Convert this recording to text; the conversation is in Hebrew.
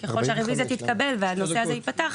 ככל שהרוויזיה תתקבל והנושא הזה ייפתח,